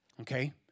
Okay